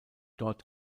dort